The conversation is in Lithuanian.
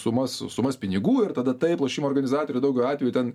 sumas sumas pinigų ir tada taip lošimo organizatorių daugeliu atvejų ten